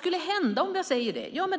skulle hända om jag säger det?